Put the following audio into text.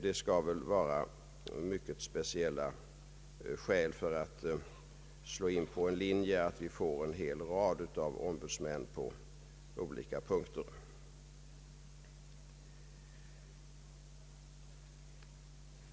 Det skall väl finnas mycket speciella skäl för att slå in på den linjen att vi får en hel rad av ombudsmän på olika områden.